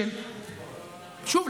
שוב,